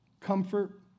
Comfort